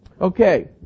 okay